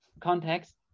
context